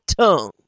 tongue